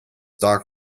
doc